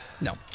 No